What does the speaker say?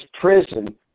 prison